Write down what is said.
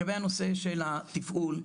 לגבי הנושא של התפעול,